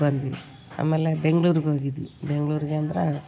ಬಂದ್ವಿ ಆಮೇಲೆ ಬೆಂಗ್ಳೂರಿಗ್ ಹೋಗಿದ್ವಿ ಬೆಂಗ್ಳೂರಿಗೆ ಅಂದರೆ